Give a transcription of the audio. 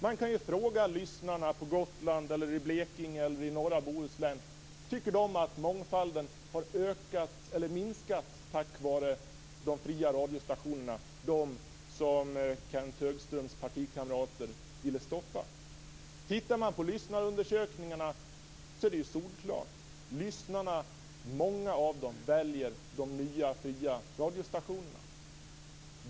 Man kan ju fråga lyssnarna på Gotland, i Blekinge eller norra Bohuslän om de tycker att mångfalden har ökat eller minskat genom de fria radiostationer som Kenth Högströms partikamrater ville stoppa. Tittar man på lyssnarundersökningarna, ser man att det är solklart - många av lyssnarna väljer de nya, fria radiostationerna.